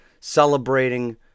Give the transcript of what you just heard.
celebrating